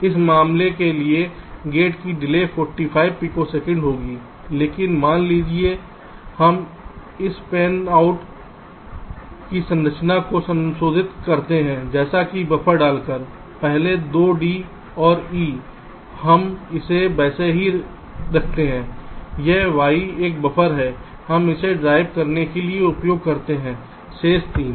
इस मामले के लिए गेट की देरी 45 पिकोसेकंड होगी लेकिन मान लीजिए हम इस पेन आउट की संरचना को संशोधित करते हैं जैसे कि बफर डालकर पहले दो d और e हम इसे वैसे ही रखते हैं यह y एक बफर है हम इसे ड्राइव करने के लिए उपयोग करते हैं शेष तीन